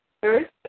First